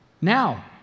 Now